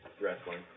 wrestling